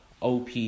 OP